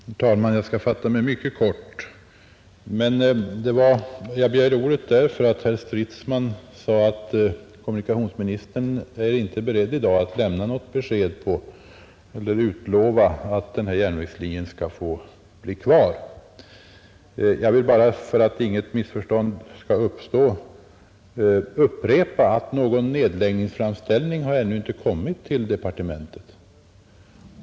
Herr talman! Jag skall fatta mig mycket kort. Att jag begärde ordet berodde på att herr Stridsman sade att kommunikationsministern i dag inte är beredd att utlova att denna järnvägslinje skall få bli kvar. För att inget missförstånd skall uppstå vill jag bara upprepa att någon nedläggningsframställning ännu inte har kommit till departementet.